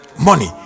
Money